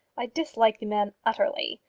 i dislike the man utterly.